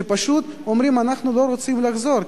שפשוט אומרים: אנחנו לא רוצים לחזור,